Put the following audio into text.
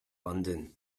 london